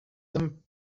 them